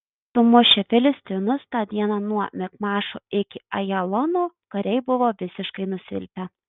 sumušę filistinus tą dieną nuo michmašo iki ajalono kariai buvo visiškai nusilpę